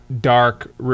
dark